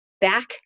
back